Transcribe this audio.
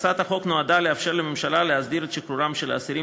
הצעת החוק נועדה לאפשר לממשלה להסדיר את שחרורם של אסירים